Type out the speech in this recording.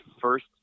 first